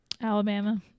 Alabama